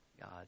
God